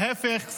להפך,